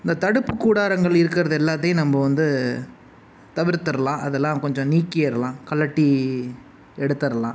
இந்த தடுப்பு கூடாரங்கள் இருக்கிறது எல்லாத்தையும் நம்ப வந்து தவிர்த்தர்லாம் அதெலாம் கொஞ்சம் நீக்கிருலாம் கழட்டி எடுத்தரலாம்